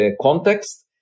context